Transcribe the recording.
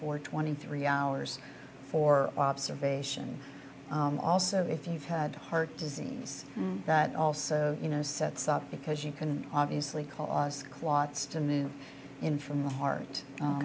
for twenty three hours for observation also if you've had heart disease that also you know sets up because you can obviously cause squats to move in from the heart